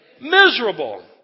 Miserable